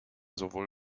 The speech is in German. sowohl